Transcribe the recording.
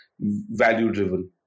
value-driven